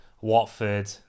Watford